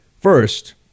first